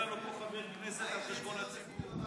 תהיה לנו פה חבר כנסת על חשבון הציבור.